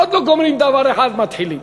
עוד לא גומרים דבר אחד, מתחילים